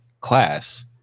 class